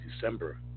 December